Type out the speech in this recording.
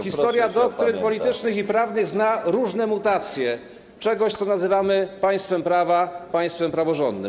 Historia doktryn politycznych i prawnych zna różne mutacje czegoś, co nazywamy państwem prawa, państwem praworządnym.